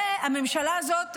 והממשלה הזאת,